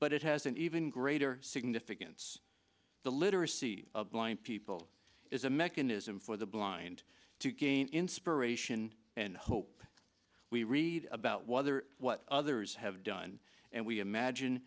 but it has an even greater significance the literacy of blind people is a mechanism for the blind to gain inspiration and hope we read about whether what others have done and we imagine